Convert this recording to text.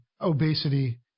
obesity